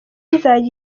izajya